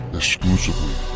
exclusively